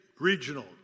regional